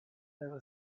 were